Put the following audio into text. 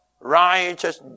righteous